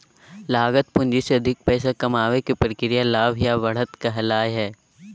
लागत पूंजी से अधिक पैसा कमाबे के प्रक्रिया लाभ या बढ़त कहलावय हय